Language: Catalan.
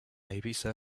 eivissa